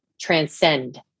transcend